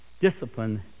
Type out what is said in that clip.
Discipline